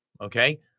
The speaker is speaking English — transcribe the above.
okay